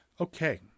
Okay